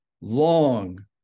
long